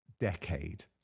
Decade